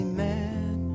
mad